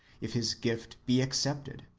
if his gift be accepted.